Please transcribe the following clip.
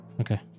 Okay